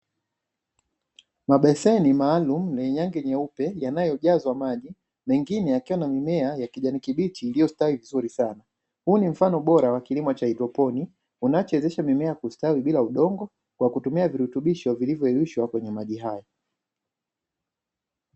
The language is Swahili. Mabeseni maalumu yenye rangi nyeupe, yanayojazwa maji, mengine yakiwa na mimea ya kijani kibichi iliyostawi vizuri sana, huu ni mfano bora wa kilimo cha haidroponi unachowezesha mimea kustawi bila udongo, kwa kutumia virutubisho vilivyoyeyushwa kwenye maji hayo.